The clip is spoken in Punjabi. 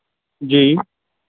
ਜੀ